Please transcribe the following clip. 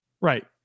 Right